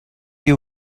you